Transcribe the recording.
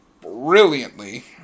brilliantly